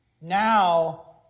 Now